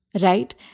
Right